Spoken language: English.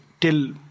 till